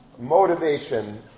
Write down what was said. motivation